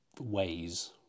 ways